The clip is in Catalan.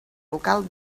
local